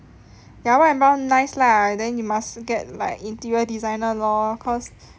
ya white and brown nice lah then you must get like interior designer lor cause